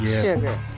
sugar